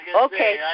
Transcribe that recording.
Okay